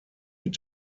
mit